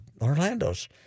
Orlando's